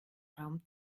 raum